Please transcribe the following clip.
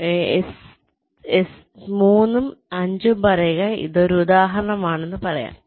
3 ഉം 5 ഉം പറയുക ഇതൊരു ഉദാഹരണമാണെന്ന് പറയാം